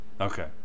okay